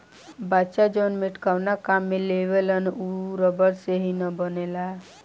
बच्चा जवन मेटकावना काम में लेवेलसन उ रबड़ से ही न बनेला